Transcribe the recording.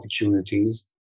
opportunities